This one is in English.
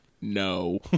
No